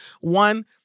One